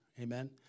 Amen